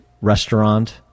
Restaurant